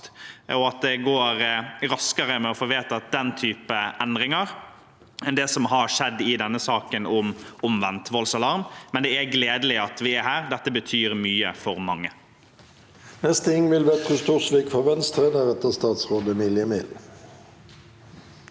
og at det går raskere å få vedtatt den typen endringer enn det som har skjedd i saken om omvendt voldsalarm. Men det er gledelig at vi er her. Dette betyr mye for mange.